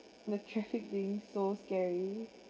the traffic being so scary